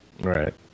Right